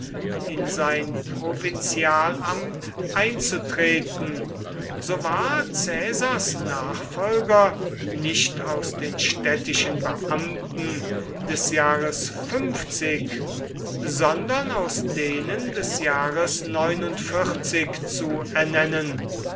in sein provinzialamt einzutreten so war caesars nachfolger nicht aus den städtischen beamten des jahres sondern aus denen des jahres zu ernennen